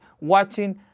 watching